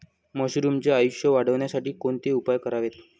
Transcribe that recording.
मशरुमचे आयुष्य वाढवण्यासाठी कोणते उपाय करावेत?